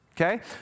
Okay